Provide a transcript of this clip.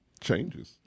Changes